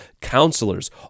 counselors